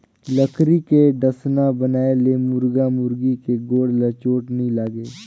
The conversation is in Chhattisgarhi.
लकरी के डसना बनाए ले मुरगा मुरगी के गोड़ ल चोट नइ लागे